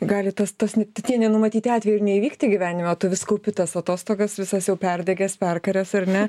gali tas tas ne tie nenumatyti atvejai ir neįvykti gyvenime o tu vis kaupi tas atostogas visas jau perdegęs perkaręs ar ne